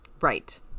Right